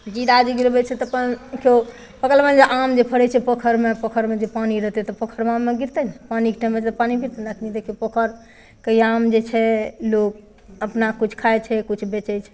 जीरा जे गिरबै छै तऽ अपन केओ बगलमे जे आम जे फरै छै पोखरिमे पोखरिमे जे पानि रहतै तऽ पोखरिमे आम ने गिरतै ने पानिके टाइममे पानिमे गिरतै ने अखन देखियौ पोखरि कहिया आम जे छै लोग अपना किछु खाइ छै किछु बेचै छै